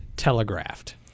telegraphed